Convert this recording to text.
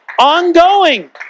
Ongoing